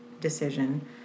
decision